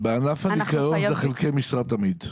בענף הניקיון זה חלקי משרה תמיד.